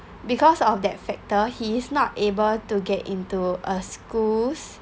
because of that factor he's not able to get into a schools